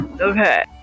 Okay